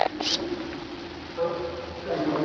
hello sir ஆமாங்க sir